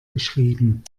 geschrieben